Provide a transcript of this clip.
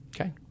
Okay